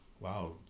wow